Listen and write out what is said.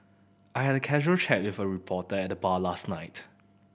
I had a casual chat with a reporter at the bar last night